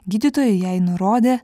gydytojai jai nurodė